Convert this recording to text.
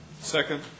Second